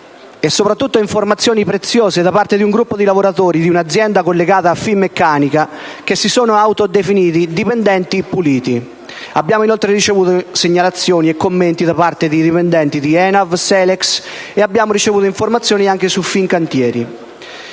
e soprattutto informazioni preziose da parte di un gruppo di lavoratori di una azienda collegata a Finmeccanica, che si sono autodefiniti «dipendenti puliti». Abbiamo ricevuto inoltre segnalazioni e commenti da parte di dipendenti di ENAV e Selex e anche su Fincantieri.